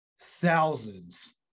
thousands